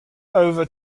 over